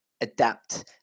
adapt